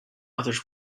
others